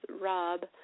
Rob